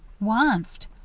wonst,